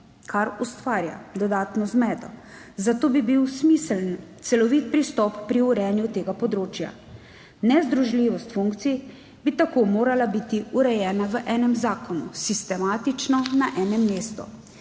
kar ustvarja dodatno zmedo, zato bi bil smiseln celovit pristop pri urejanju tega področja. Nezdružljivost funkcij bi tako morala biti urejena v enem zakonu – sistematično, na enem mestu.